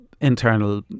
internal